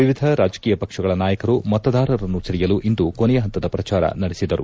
ವಿವಿಧ ರಾಜಕೀಯ ಪಕ್ಷಗಳ ನಾಯಕರು ಮತದಾರರನ್ನು ಸೆಳೆಯಲು ಇಂದು ಕೊನೆಯ ಹಂತದ ಪ್ರಚಾರ ನಡೆಸಿದರು